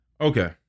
Okay